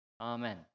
Amen